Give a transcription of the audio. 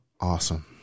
Awesome